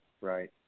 Right